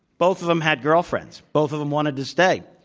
both of them had girlfriends. both of them wanted to stay.